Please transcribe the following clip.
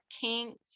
kinks